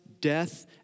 death